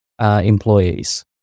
employees